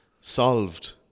solved